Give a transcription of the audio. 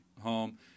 home